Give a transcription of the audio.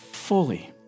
fully